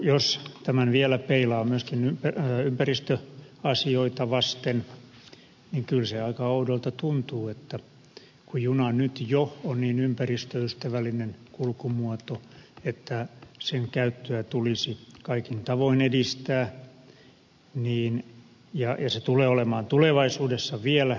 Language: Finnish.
jos tämän vielä peilaa myöskin ympäristöasioita vasten niin kyllä se aika oudolta tuntuu kun juna nyt jo on niin ympäristöystävällinen kulkumuoto että sen käyttöä tulisi kaikin tavoin edistää ja se tulee olemaan tulevaisuudessa vielä suositumpi kulkumuoto